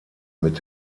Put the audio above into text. mit